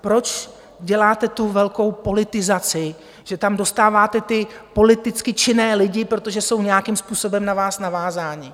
Proč děláte tu velkou politizaci, že tam dostáváte politicky činné lidi, protože jsou nějakým způsobem na vás navázáni?